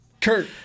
Kurt